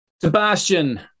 Sebastian